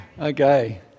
Okay